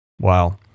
Wow